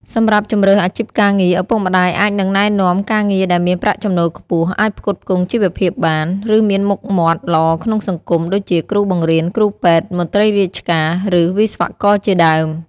សម្រាប់ជម្រើសអាជីពការងារ ឪពុកម្ដាយអាចនឹងណែនាំការងារដែលមានប្រាក់ចំណូលខ្ពស់ អាចផ្គត់ផ្គង់ជីវភាពបាន ឬមានមុខមាត់ល្អក្នុងសង្គម ដូចជាគ្រូបង្រៀន គ្រូពេទ្យ មន្ត្រីរាជការ ឬវិស្វករជាដើម។